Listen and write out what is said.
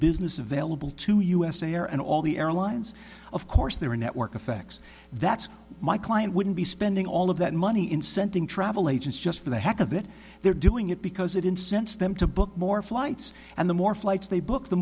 business available to us air and all the air lines of course there are network effects that's my client wouldn't be spending all of that money incenting travel agents just for the heck of it they're doing it because it incents them to book more flights and the more flights they book the